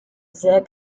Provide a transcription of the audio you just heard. sehr